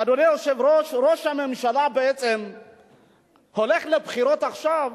אדוני היושב-ראש, ראש הממשלה הולך לבחירות עכשיו